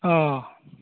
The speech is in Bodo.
अ